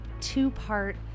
two-part